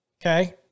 Okay